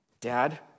Dad